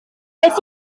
beth